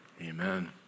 Amen